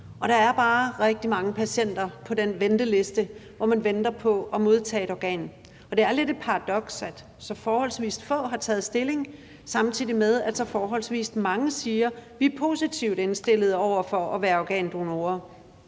Og der er bare rigtig mange patienter på den venteliste, hvor man venter på at modtage et organ. Det er lidt et paradoks, at så forholdsvis få har taget stilling, samtidig med at så forholdsvis mange siger, at de er positivt indstillet over for at være organdonorer,